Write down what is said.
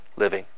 living